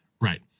Right